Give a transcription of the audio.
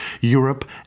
Europe